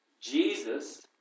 Jesus